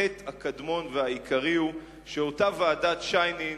החטא הקדמון והעיקרי הוא שאותה ועדת-שיינין,